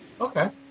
Okay